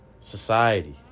society